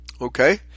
Okay